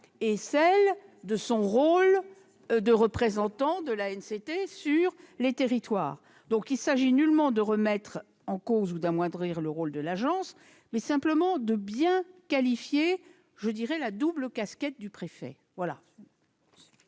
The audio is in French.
et celles de son rôle de représentant de l'ANCT sur les territoires. Donc, il ne s'agit nullement de remettre en cause ou d'amoindrir le rôle de l'agence, mais simplement de bien qualifier la « double casquette » du préfet.